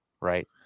right